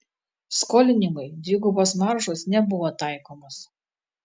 skolinimui dvigubos maržos nebuvo taikomos